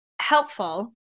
helpful